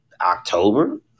October